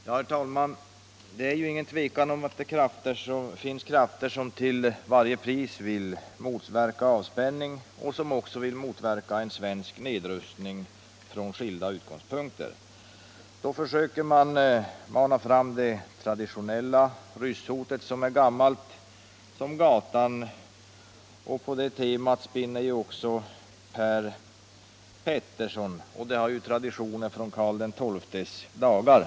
Herr talman! Det råder ju inget tvivel om att det finns krafter som till varje pris vill motverka avspänning och som också vill motverka en svensk nedrustning från skilda utgångspunkter. Då försöker man mana fram det traditionella rysshotet, som är gammalt som gatan. På det temat spinner också herr Petersson i Gäddvik. Det har ju traditioner från Karl XII:s dagar.